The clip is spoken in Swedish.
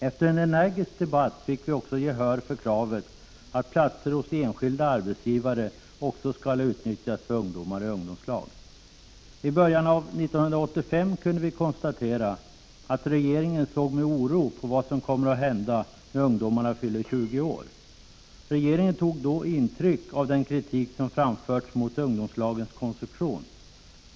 Efter en energisk debatt fick vi också gehör för kravet att platser hos enskilda arbetsgivare även skall utnyttjas för ungdomar i ungdomslag. I början av 1985 kunde vi konstatera att regeringen såg med oro på vad som kommer att hända när ungdomarna fyller 20 år. Regeringen tog då intryck av den kritik som framförts mot ungdomslagens konstruktion.